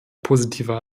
positiver